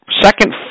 second